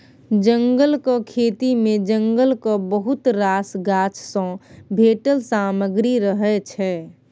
जंगलक खेती मे जंगलक बहुत रास गाछ सँ भेटल सामग्री रहय छै